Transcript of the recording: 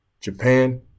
Japan